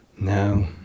No